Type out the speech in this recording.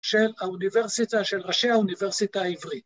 ‫של האוניברסיטה, של ראשי האוניברסיטה העברית.